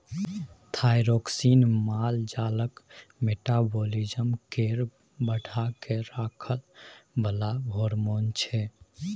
thyroxine माल जालक metabolism केँ बढ़ा कए राखय बला हार्मोन छै